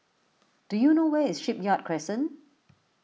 do you know where is Shipyard Crescent